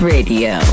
Radio